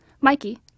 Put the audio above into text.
Mikey